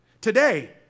today